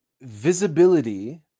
visibility